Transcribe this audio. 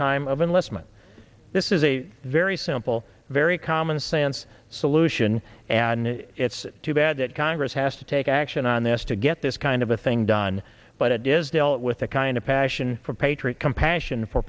time of enlistment this is a very simple very commonsense solution and it's too bad that congress has to take action on this to get this kind of a thing done but it is dealt with the kind of passion for patriot compassion for